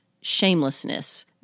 shamelessness